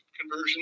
conversion